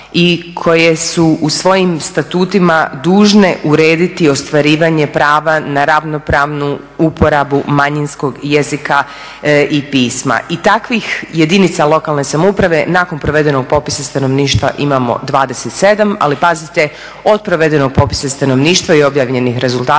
i koje su u svojim statutima dužne urediti ostvarivanje prava na ravnopravnu manjinskog jezika i pisma. I takvih jedinica lokalne samouprave nakon provedenog popisa stanovništva imamo 27, ali pazite od provedenog popisa stanovništva i objavljenih rezultata